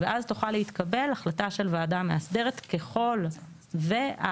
ואז תוכל להתקבל החלטה של הוועדה המאסדרת ככל שההחלטות